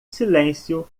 silêncio